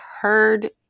heard